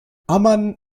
amman